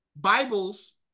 Bibles